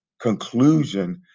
conclusion